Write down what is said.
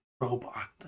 robot